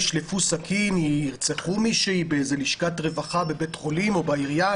ישלפו סכין וירצחו מישהי באיזה לשכת רווחה בבית חולים או בעירייה,